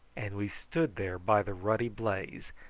and we stood there by the ruddy blaze,